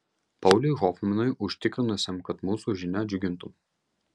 pauliui hofmanui užtikrinusiam kad mūsų žinia džiugintų